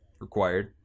required